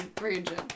region